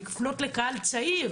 לפנות לקהל צעיר,